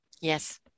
yes